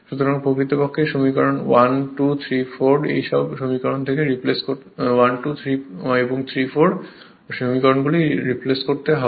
সুতরাং প্রকৃতপক্ষে সমীকরণ থেকে 1 2 এবং 3 4 এই সমস্ত জিনিসগুলি এখানে রিপ্লেস করতে হবে